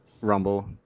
Rumble